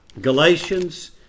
Galatians